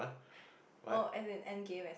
what